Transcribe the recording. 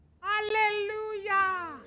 Hallelujah